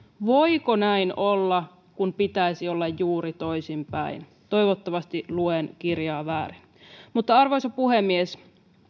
voiko näin olla kun pitäisi olla juuri toisin päin toivottavasti luen kirjaa väärin arvoisa puhemies